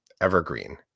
evergreen